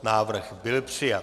Návrh byl přijat.